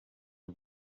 her